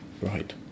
Right